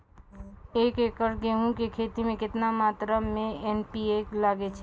एक एकरऽ गेहूँ के खेती मे केतना मात्रा मे एन.पी.के लगे छै?